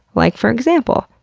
like for example,